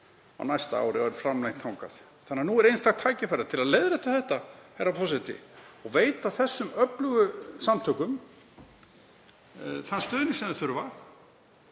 á næsta ári og er framlengd þangað. Þannig að nú er einstakt tækifæri til að leiðrétta þetta, herra forseti, og veita þessum öflugu samtökum þann stuðning sem þau þurfa.